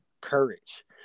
courage